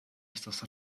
estas